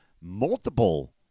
multiple